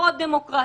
פחות דמוקרטית,